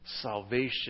Salvation